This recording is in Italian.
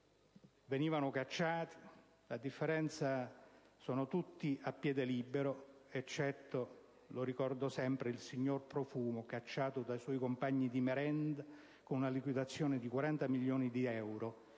essere cacciati, quei banchieri sono tutti a piede libero, eccetto - lo ricordo sempre - il signor Profumo, cacciato dai suoi "compagni di merende" con una liquidazione di 40 milioni di euro.